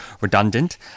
redundant